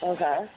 Okay